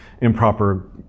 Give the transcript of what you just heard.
improper